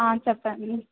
చెప్పండి